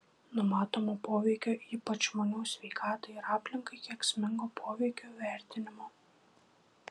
numatomo poveikio ypač žmonių sveikatai ir aplinkai kenksmingo poveikio vertinimo